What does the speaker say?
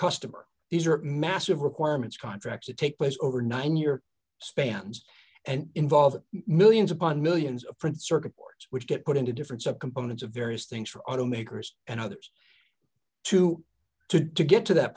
are massive requirements contracts that take place over nine year spans and involve millions upon millions of print circuit boards which get put into different subcomponents of various things for automakers and others to to to get to that